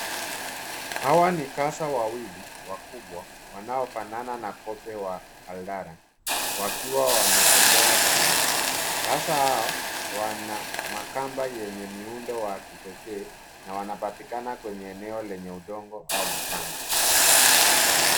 Hawa ni kasa wawili wakubwa wanaofanana na kobe wa aldara , wakiwa wametembea chini. Kasa hao wana magamba yenye miundo wa kipekee, na wanapatikana kwenye eneo lenye udongo au mchanga.